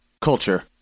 Culture